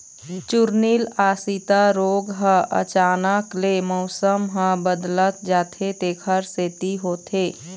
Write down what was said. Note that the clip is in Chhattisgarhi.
चूर्निल आसिता रोग ह अचानक ले मउसम ह बदलत जाथे तेखर सेती होथे